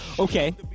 Okay